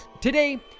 Today